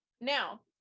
now